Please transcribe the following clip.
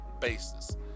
basis